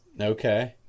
Okay